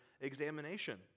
examination